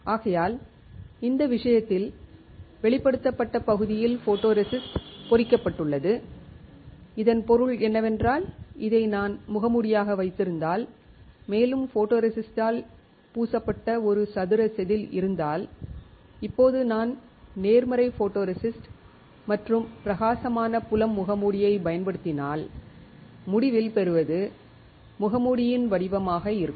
ஆகையால் இந்த விஷயத்தில் வெளிப்படுத்தப்பட்ட பகுதியில் ஃபோட்டோரெசிஸ்ட் பொறிக்கப்பட்டுள்ளது இதன் பொருள் என்னவென்றால் இதை நான் முகமூடியாக வைத்திருந்தால் மேலும் ஃபோட்டோரெசிஸ்ட்டால் பூசப்பட்ட ஒரு சதுர செதில் இருந்தால் இப்போது நான் நேர்மறை ஃபோட்டோரெசிஸ்ட் மற்றும் பிரகாசமான புலம் முகமூடியைப் பயன்படுத்தினால் முடிவில் பெறுவது முகமூடியின் வடிவமாக இருக்கும்